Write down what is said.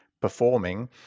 performing